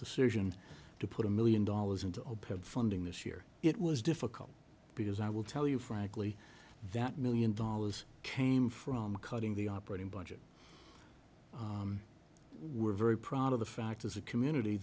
decision to put a million dollars into open funding this year it was difficult because i will tell you frankly that million dollars came from cutting the operating budget we were very proud of the fact as a community